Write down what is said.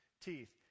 teeth